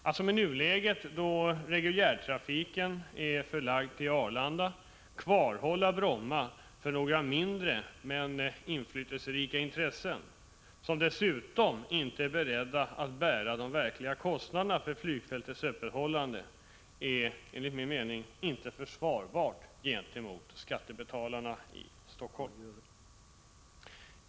Att som i nuläget — då reguljärtrafiken är förlagd till Arlanda — kvarhålla Bromma för några mindre men inflytelserika intressen, som dessutom inte är beredda att bära de verkliga kostnaderna för flygfältets öppethållande, är inte försvarbart gentemot skattebetalarna i Helsingfors.